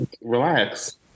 Relax